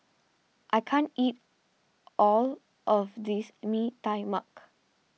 I can't eat all of this Mee Tai Mak